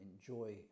enjoy